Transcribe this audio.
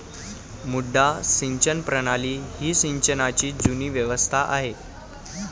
मुड्डा सिंचन प्रणाली ही सिंचनाची जुनी व्यवस्था आहे